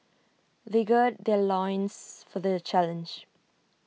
they gird their loins for the challenge